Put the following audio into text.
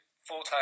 full-time